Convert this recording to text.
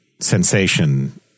sensation